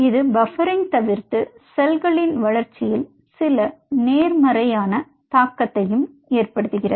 இது பபரிங் தவிர்த்து செல்களின் வளர்ச்சியில் சில நேர்மறையான தாக்கத்தை ஏற்படுத்துகிறது